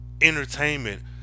entertainment